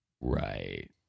Right